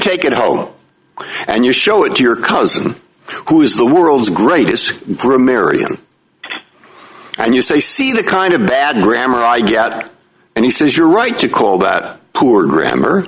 take it home and you show it to your cousin who is the world's greatest marian and you say see the kind of bad grammar i get and he says you're right to call that poor grammar